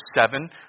seven